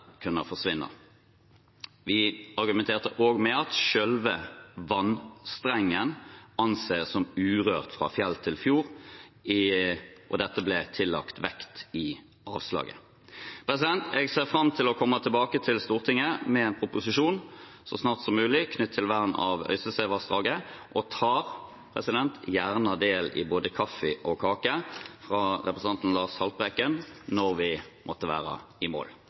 kunne forsvinne. Vi argumenterte også med at selve vannstrengen anses som urørt fra fjell til fjord, og dette ble tillagt vekt i avslaget. Jeg ser fram til å komme tilbake til Stortinget med en proposisjon så snart som mulig knyttet til vern av Øystesevassdraget, og tar gjerne del i både kaffe og kaker fra representanten Lars Haltbrekken når vi måtte være i mål.